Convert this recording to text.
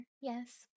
yes